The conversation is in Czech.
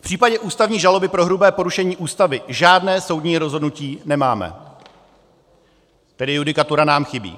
V případě ústavní žaloby pro hrubé porušení Ústavy žádné soudní rozhodnutí nemáme, tedy judikatura nám chybí.